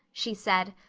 she said.